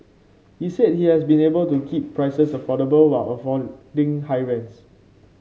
he said he has been able to keep prices affordable while avoiding high rents